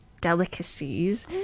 delicacies